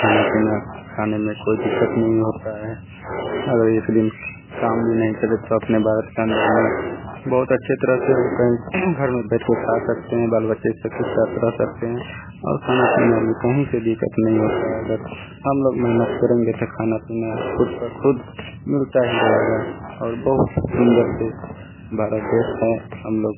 खाना पीना खाने में कोई दिक़्क़त नहीं होती है और एक दिन काम भी नहीं करें तो अपने भारत के अंदर में बहुत अच्छी तरह से कहीं घर में बैठकर खा सकते हैं बाल बच्चे सब के साथ रह सकते हैं और खाने पीने में कहीं से दिक़्क़त नहीं होती है अगर हम लोग मेहनत करेंगे तो खाना पीना ख़ुद ब ख़ुद मिलता ही रहेगा और बहुत ही सुंदर से भारत देश है हम लोग